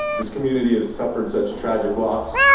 this community has suffered such tragic loss.